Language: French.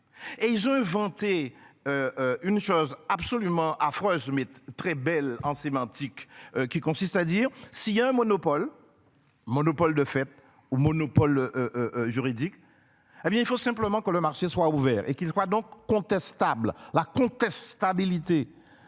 et je vanter. Une chose absolument affreuses mais très belle en sémantique qui consiste à dire si il y a un monopole. Monopole de fait au monopole. Juridique. Eh bien il faut simplement que le marché soit ouvert et qui voit donc contestable. La comtesse stabilité